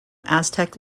aztec